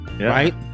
right